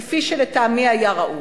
כפי שלטעמי היה ראוי,